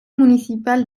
municipal